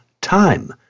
time